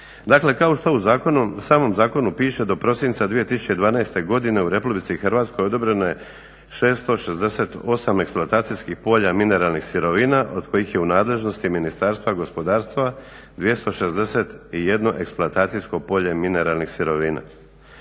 Dakle kao što u samom zakonu piše do prosinca 2012.godine u RH odobreno je 668 eksploatacijskih polja mineralnih sirovina od kojih je u nadležnosti Ministarstva gospodarstva 261 eksploatacijsko polje mineralnih sirovina.